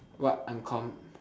what uncommon